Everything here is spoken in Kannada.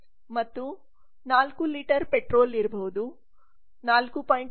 ಮತ್ತು 4 ಲೀಟರ್ ಪೆಟ್ರೋಲ್ ಇರಬಹುದು 4